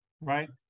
right